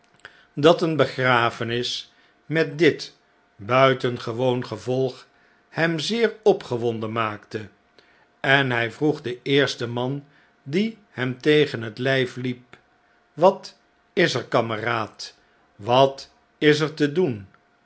dat eene begrafenis met dit buitengewoon gevolg hem zeer opgewonden maakte en hij vroeg den eersten man die hem tegen het uif liep wat is er kameraad wat is er te doen